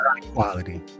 quality